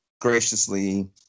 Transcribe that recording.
graciously